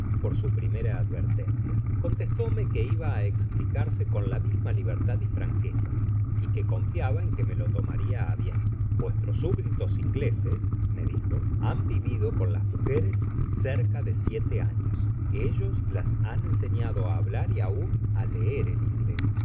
por su primera advertencia contestóme que iba á esplicarse con la misma libertad y franqueza y que confiaba en que lo tomaria á bien vuestros súbditos ingleses me dijo han vivido con las mujeres cerca de siete años ellos las han enseñado á hablar y aun á leer el inglés